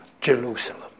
Jerusalem